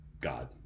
God